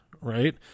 right